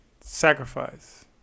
sacrifice